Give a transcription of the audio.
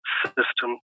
system